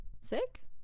sick